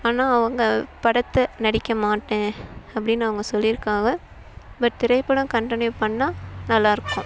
ஆனால் அவங்க படத்தை நடிக்கமாட்டேன் அப்படின்னு அவங்க சொல்லியிருக்காக பட் திரைப்படம் கண்டின்யூ பண்ணால் நல்லாயிருக்கும்